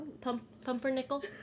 Pumpernickel